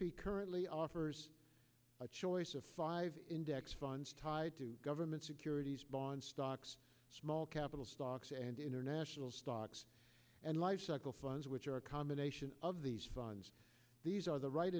p currently offers a choice of five index funds tied to government securities bonds stocks small capital stocks and international stocks and lifecycle funds which are a combination of these funds these are the right